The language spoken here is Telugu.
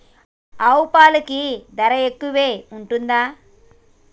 ఆవు పాలకి ధర ఎక్కువే ఉంటదా?